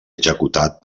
executat